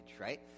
right